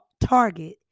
target